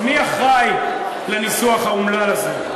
מי אחראי לניסוח האומלל הזה?